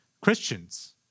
Christians